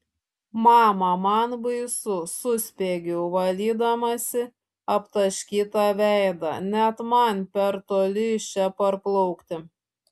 mama man baisu suspiegiau valydamasi aptaškytą veidą net man per toli iš čia parplaukti